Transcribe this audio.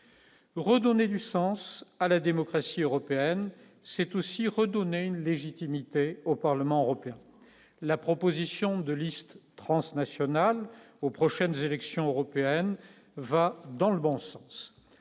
redonner du sens à la démocratie européenne c'est aussi redonner une légitimité au Parlement européen, la proposition de listes transnationales aux prochaines élections européennes va dans le bon sens,